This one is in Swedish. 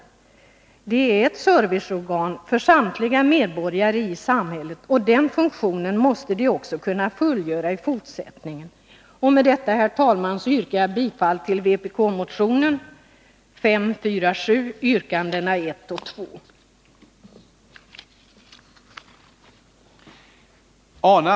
Försäkringskassorna är serviceorgan för samtliga medborgare i samhället, och den funktionen måste de också kunna fylla i fortsättningen. Herr talman! Med detta yrkar jag bifall till vpk-motionen 547, yrkandena 1 och 2, som innebär en ökning av anslaget med 113 milj.kr.